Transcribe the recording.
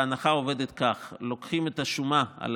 ההנחה עובדת כך: לוקחים את השומה על